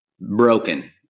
broken